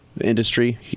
industry